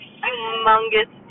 humongous